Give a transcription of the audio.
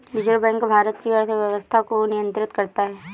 reserve bank Bharat की अर्थव्यवस्था को नियन्त्रित करता है